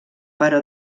però